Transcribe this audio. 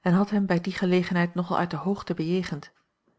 en had hem bij die gelegenheid nogal uit de hoogte bejegend